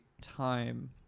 time